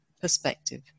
perspective